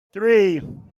three